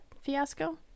fiasco